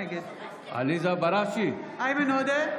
נגד איימן עודה,